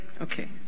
Okay